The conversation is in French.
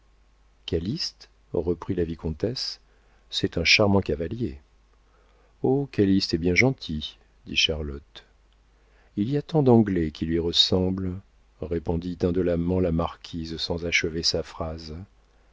calyste reprit la vicomtesse c'est un charmant cavalier oh calyste est bien gentil dit charlotte il y a tant d'anglais qui lui ressemblent répondit indolemment la marquise sans achever sa phrase